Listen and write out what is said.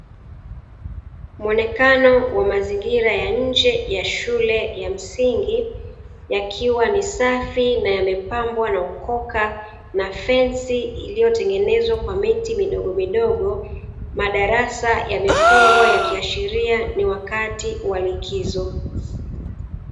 Muonekano wa mazingira ya nje ya shule ya msingi yamepambwa vizuri kwa ukoka na usafi wa hali ya juu, ukihashiria kuwa ni likizo.